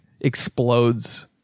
explodes